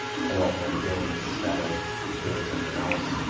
pull up linked in instead of doing something else,